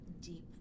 deep